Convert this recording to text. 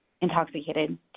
intoxicated